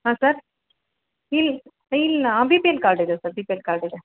ಹಾಂ ಸರ್ ಇಲ್ಲ ಇಲ್ಲ ಆ ಬಿ ಪಿ ಎಲ್ ಕಾರ್ಡ್ ಇದೆ sir B P L card ಇದೆ